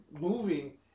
moving